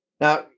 now